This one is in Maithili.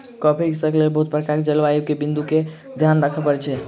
कॉफ़ी कृषिक लेल बहुत प्रकारक जलवायु बिंदु के ध्यान राखअ पड़ैत अछि